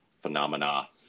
phenomena